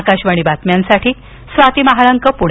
आकाशवाणी बातम्यांसाठी स्वाती महाळंक पूणे